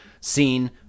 seen